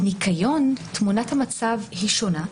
בניקיון תמונות המצב שונה.